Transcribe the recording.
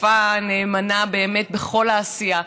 שותפה נאמנה באמת בכל העשייה.